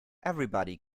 everybody